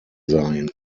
seien